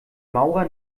maurer